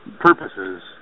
purposes